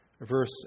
Verse